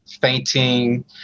fainting